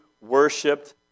worshipped